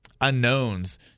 unknowns